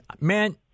Man